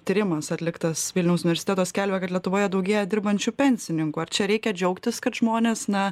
tyrimas atliktas vilniaus universiteto skelbia kad lietuvoje daugėja dirbančių pensininkų ar čia reikia džiaugtis kad žmonės na